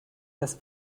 das